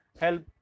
help